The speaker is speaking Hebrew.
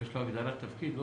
יש לו הגדרת תפקיד?